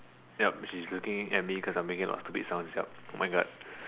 yup she's looking at me because I'm making a lot of stupid sounds yup oh my god